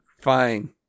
fine